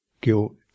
guilt